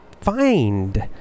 find